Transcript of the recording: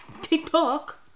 TikTok